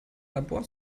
labor